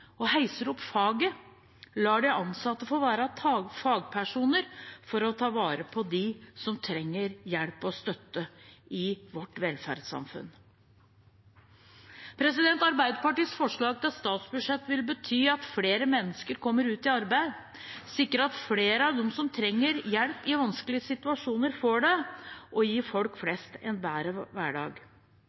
Management, heiser opp faget og lar de ansatte få være fagpersoner for å ta vare på dem som trenger hjelp og støtte i vårt velferdssamfunn. Arbeiderpartiets forslag til statsbudsjett ville bety at flere mennesker kommer ut i arbeid, sikre at flere av dem som trenger hjelp i vanskelige situasjoner, får det, og gi folk flest en bedre hverdag.